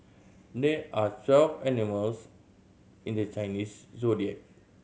there are twelve animals in the Chinese Zodiac